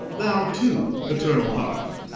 thou, too, paternal hearth!